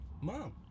Mom